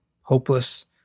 hopeless